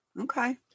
Okay